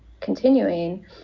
continuing